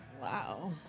Wow